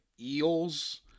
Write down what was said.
eels